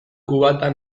kubata